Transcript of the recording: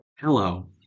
Hello